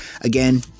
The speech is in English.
Again